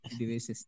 devices